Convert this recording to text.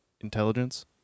Intelligence